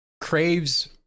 craves